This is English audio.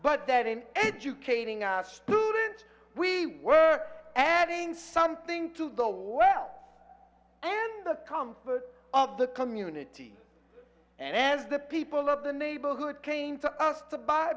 but that in educating our student we were and in something to go well and the comfort of the community and as the people of the neighborhood came to us to buy